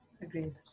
Agreed